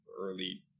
early